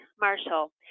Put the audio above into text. Marshall